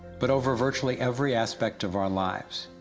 but over virtually every aspect of our lives.